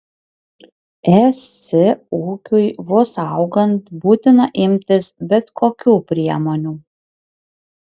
es ūkiui vos augant būtina imtis bet kokių priemonių